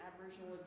Aboriginal